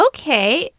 Okay